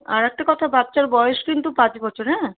আরেকটা কথা বাচ্চার বয়স কিন্তু পাঁচ বছর হ্যাঁ